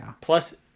Plus